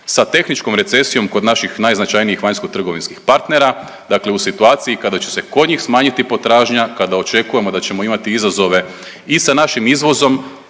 sa tehničkom recesijom kod naših najznačajnijih vanjskotrgovinskih partnera, dakle u situaciji kada će se kod njih smanjiti potražnja, kada očekujemo da ćemo imati izazove i sa našim izvozom